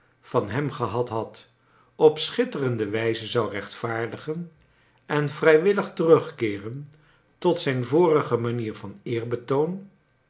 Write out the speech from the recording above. van hem gehad had op schitterende wijze zou rechtvaardigen en vrijwillig terugkeeren tot zijn vorige manier van